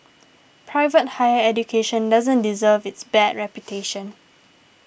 private higher education doesn't deserve its bad reputation